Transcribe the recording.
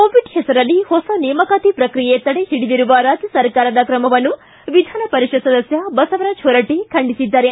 Covid ಹೆಸರಲ್ಲಿ ಹೊಸ ನೇಮಕಾತಿ ಪ್ರಕ್ರಿಯೆ ತಡೆ ಹಿಡಿದಿರುವ ರಾಜ್ಯ ಸರಕಾರದ ತ್ರಮವನ್ನು ವಿಧಾನ ಪರಿಷತ್ ಸದಸ್ಯ ಬಸವರಾಜ ಹೊರಟ್ಟಿ ಖಂಡಿಸಿದ್ದಾರೆ